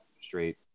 straight